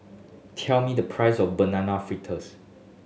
tell me the price of Banana Fritters